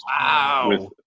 Wow